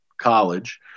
college